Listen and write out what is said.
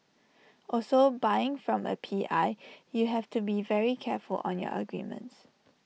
also buying from A P I you have to be very careful on your agreements